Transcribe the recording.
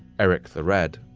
erik the red.